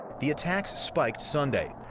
the attacks spiked sunday.